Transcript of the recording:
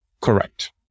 Correct